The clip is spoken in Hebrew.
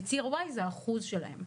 וצירY זה האחוז שלהם,